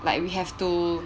like we have to